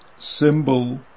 symbol